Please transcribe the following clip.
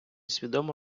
свідомо